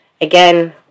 again